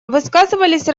высказывались